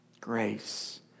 Grace